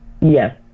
Yes